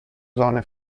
zone